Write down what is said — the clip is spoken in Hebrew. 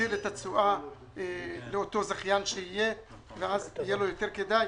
להגדיל את התשואה לאותו זכיין שיהיה ואז יהיה לו יותר כדאי,